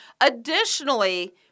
Additionally